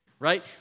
Right